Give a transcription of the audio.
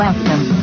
Welcome